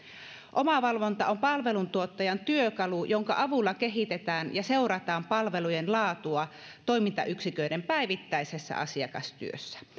omavalvonta on palveluntuottajan työkalu jonka avulla kehitetään ja seurataan palvelujen laatua toimintayksiköiden päivittäisessä asiakastyössä